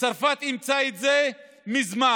וצרפת אימצה את זה מזמן: